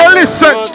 listen